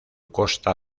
costa